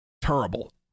terrible